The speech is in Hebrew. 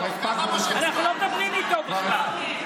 כבר הספקנו, אנחנו לא מדברים איתו בכלל.